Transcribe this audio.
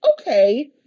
okay